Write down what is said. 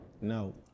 No